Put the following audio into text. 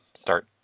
start